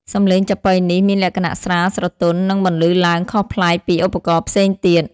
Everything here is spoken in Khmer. សម្លេងចាបុីនេះមានលក្ខណៈស្រាល ស្រទន់ និងបន្លឺឡើងខុសប្លែកពីឧបករណ៍ផ្សេងទៀត។